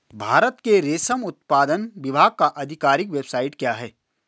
भारत के रेशम उत्पादन विभाग का आधिकारिक वेबसाइट क्या है?